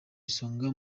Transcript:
isonga